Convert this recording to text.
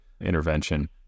intervention